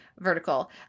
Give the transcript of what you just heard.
Vertical